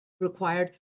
required